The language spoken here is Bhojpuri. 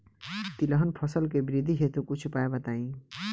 तिलहन फसल के वृद्धि हेतु कुछ उपाय बताई?